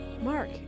Mark